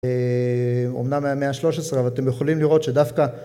אה... אמנם מהמאה השלוש עשרה אבל אתם יכולים לראות שדווקא